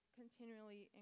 continually